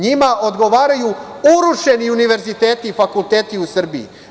Njima odgovaraju urušeni univerziteti i fakulteti u Srbiji.